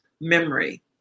memory